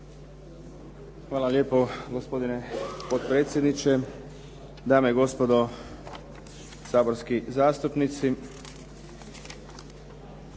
Hvala lijepo, gospodine potpredsjedniče. Dame i gospodo saborski zastupnici.